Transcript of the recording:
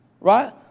Right